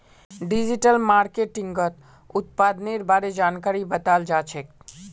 digital मार्केटिंगत उत्पादेर बारे जानकारी बताल जाछेक